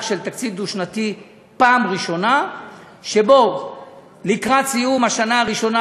של תקציב דו-שנתי שבו לקראת סיום השנה הראשונה,